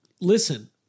listen